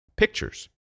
Pictures